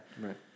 right